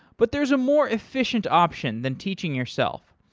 but there is a more efficient option than teaching yourself.